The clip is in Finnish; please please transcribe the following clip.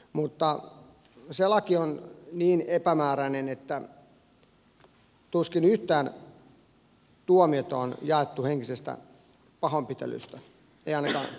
mutta se laki on niin epämääräinen että tuskin yhtään tuomiota on jaettu henkisestä pahoinpitelystä ei ainakaan minun tietooni ole tullut